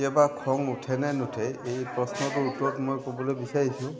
কেতিয়াবা খং উঠেনে নুঠে এই প্ৰশ্নটোৰ ওপৰত মই ক'বলৈ বিচাৰিছোঁ